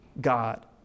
God